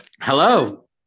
Hello